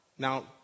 Now